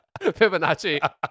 Fibonacci